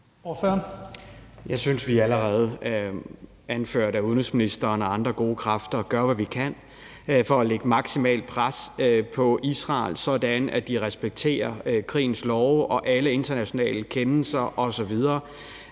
Jeg synes allerede, at vi, anført af udenrigsministeren og andre gode kræfter, gør, hvad vi kan for at lægge maksimalt pres på Israel, sådan at de respekterer krigens love og alle internationale kendelser osv.